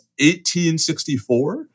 1864